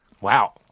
Wow